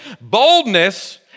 Boldness